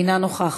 אינה נוכחת.